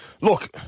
look